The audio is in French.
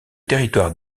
territoire